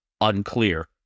unclear